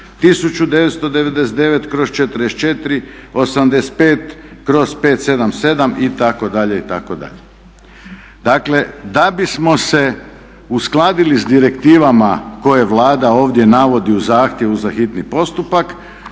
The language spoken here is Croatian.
1999/44, 85/577 itd., itd.. Dakle da bismo se uskladili sa direktivama koje Vlada ovdje navodi u zahtjevu za hitni postupak,